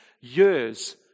years